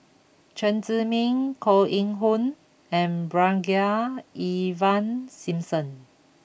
Chen Zhiming Koh Eng Hoon and Brigadier Ivan Simson